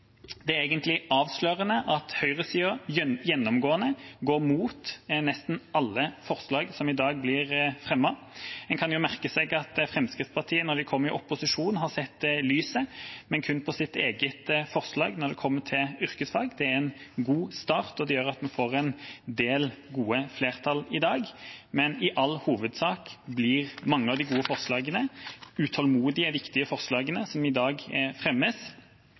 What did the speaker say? Det er avslørende at høyresida gjennomgående går mot nesten alle forslag som i dag blir fremmet. En kan jo merke seg at Fremskrittspartiet etter at de kom i opposisjon, har sett lyset, men kun på sitt eget forslag når det kommer til yrkesfag. Det er en god start, og det gjør at vi får en del gode flertall i dag. Men i all hovedsak blir mange av de gode forslagene – de utålmodige, viktige forslagene – som i dag er